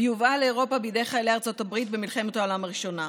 והיא יובאה לאירופה על ידי חיילי ארצות הברית במלחמת העולם הראשונה.